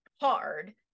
hard